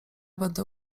będę